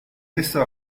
laissa